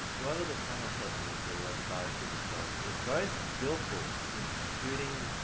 whoever the cameraperson is, or whoever directed the shots, is very skilful in shooting